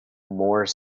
more